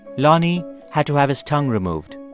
lonnie had to have his tongue removed.